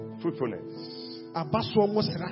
fruitfulness